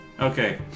Okay